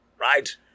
right